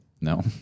No